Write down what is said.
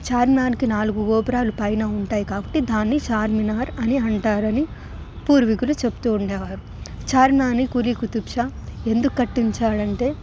చార్మినార్కి నాలుగు గోపురాల పైన ఉంటాయి కాబట్టి దాన్ని చార్మినార్ అని అంటారని పూర్వీకులు చెపుతూ ఉండేవారు చార్మినార్ని కులి కుతుబ్ షా ఎందుకు కట్టించాడంటే